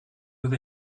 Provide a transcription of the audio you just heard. with